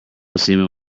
cement